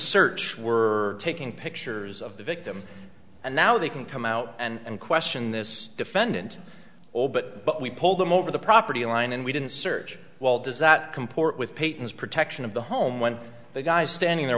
search we're taking pictures of the victim and now they can come out and question this defendant or but but we pulled them over the property line and we didn't search well does that comport with peyton's protection of the home when the guy's standing there